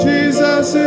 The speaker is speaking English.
Jesus